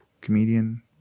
Comedian